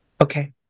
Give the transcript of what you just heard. Okay